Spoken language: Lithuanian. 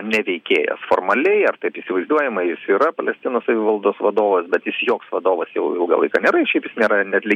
ne veikėjas formaliai ar taip įsivaizduojama jis yra palestinos savivaldos vadovas bet jis joks vadovas jau ilgą laiką nėra ir šiaip jis nėra net